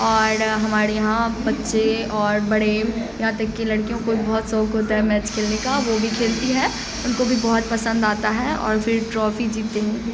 اور ہمارے یہاں بچے اور بڑے یہاں تک کہ لڑکیوں کو بھی بہت شوق ہوتا ہے میچ کھیلنے کا وہ بھی کھیلتی ہیں ان کو بھی بہت پسند آتا ہے اور پھر ٹرافی جیتے